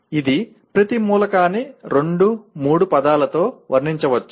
ఇది ప్రతి మూలకాన్ని రెండు మూడు పదాలలో వర్ణించవచ్చు